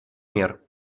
мер